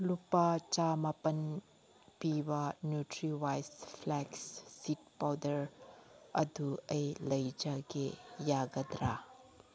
ꯂꯨꯄꯥ ꯆꯥꯝꯃꯥꯄꯟ ꯄꯤꯕ ꯅ꯭ꯌꯨꯇ꯭ꯔꯤꯋꯥꯏꯁ ꯐ꯭ꯂꯦꯛꯁ ꯁꯤꯠ ꯄꯥꯎꯗꯔ ꯑꯗꯨ ꯑꯩ ꯂꯩꯖꯒꯦ ꯌꯥꯒꯗ꯭ꯔꯥ